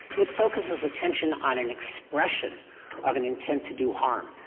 it focuses attention on an expression of an intent to do harm.